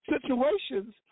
situations